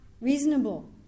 reasonable